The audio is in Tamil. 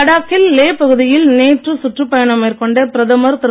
லடாக்கில் லே பகுதியில் நேற்று சுற்றுப்பயணம் மேற்கொண்ட பிரதமர் திரு